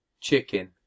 Chicken